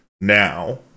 now